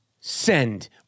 send